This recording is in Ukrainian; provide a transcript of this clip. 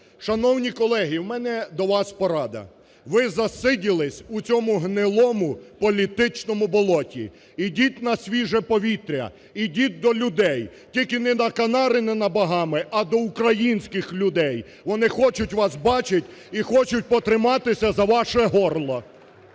Шановні колеги, у мене до вас порада. Ви засиділись у цьому гнилому політичному болоті! Ідіть на свіже повітря, ідіть до людей, тільки не на Канари, не на Багами, а до українських людей! Вони хочуть вас бачить і хочуть "потриматися за ваше горло".